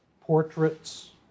portraits